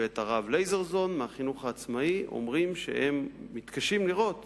ואת הרב לייזרזון מהחינוך העצמאי אומרים שהם מתקשים לראות